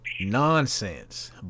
nonsense